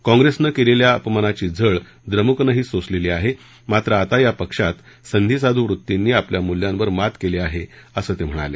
काँप्रेसनं केलेल्या अपमानाची झळ द्रमुकनेही सोसलेली आहे मात्र आता या पक्षात संधीसाधू वृत्तींनी आपल्या मूल्यांवर मात केली आहे असं ते म्हणाले